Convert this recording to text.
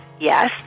Yes